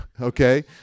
Okay